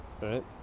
right